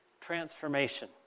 transformation